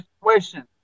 situation